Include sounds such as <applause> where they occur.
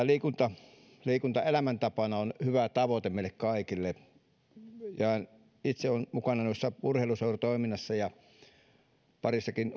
<unintelligible> liikunta <unintelligible> liikunta elämäntapana on hyvä tavoite meille kaikille itse olen mukana urheiluseuratoiminnassa ja parissakin